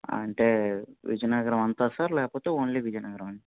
అంటే విజయనగరం అంతా సర్ లేకపోతే ఓన్లీ విజయనగరం అండి